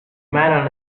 man